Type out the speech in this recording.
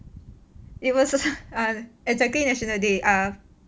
it was a exactly national day ah